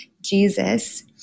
jesus